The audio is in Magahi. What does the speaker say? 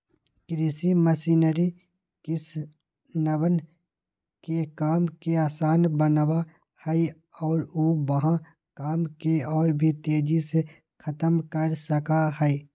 कृषि मशीनरी किसनवन के काम के आसान बनावा हई और ऊ वहां काम के और भी तेजी से खत्म कर सका हई